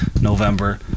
November